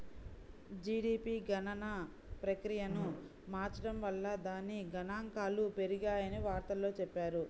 GDP గణన ప్రక్రియను మార్చడం వల్ల దాని గణాంకాలు పెరిగాయని వార్తల్లో చెప్పారు